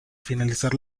finalizar